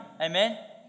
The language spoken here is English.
Amen